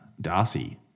Darcy